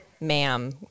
ma'am